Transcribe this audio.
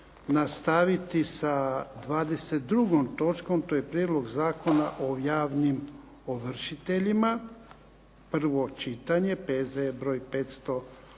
nastaviti sa 22. točkom, to je Prijedlog zakona o javnim ovršiteljima, prvo čitanje, P.Z.E. br. 581.